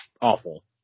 awful